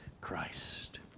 Christ